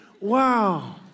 Wow